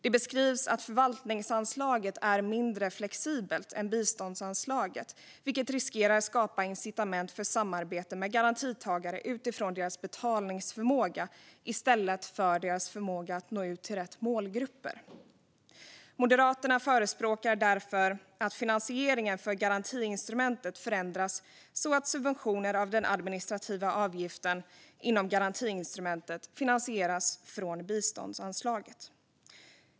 Det beskrivs att förvaltningsanslaget är mindre flexibelt än biståndsanslaget, vilket riskerar att skapa incitament för samarbete med garantitagare utifrån deras betalningsförmåga i stället för deras förmåga att nå ut till rätt målgrupper. Moderaterna förespråkar därför att finansieringen för garantiinstrumentet förändras så att subventioner av den administrativa avgiften inom garantiinstrumentet finansieras från biståndsanslaget.